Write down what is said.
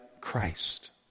Christ